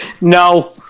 No